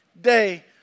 day